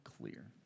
clear